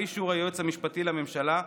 באישור היועץ המשפטי לממשלה,